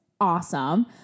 awesome